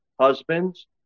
Husbands